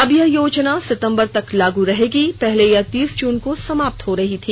अब यह योजना सितम्बर तक लागू रहेगी पहले यह तीस जून को समाप्त हो रही थी